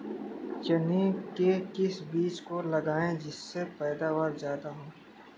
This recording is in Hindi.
चने के किस बीज को लगाएँ जिससे पैदावार ज्यादा हो?